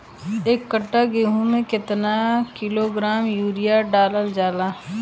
एक कट्टा गोहूँ में केतना किलोग्राम यूरिया डालल जाला?